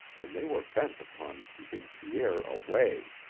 and they were bent upon keeping pierre away.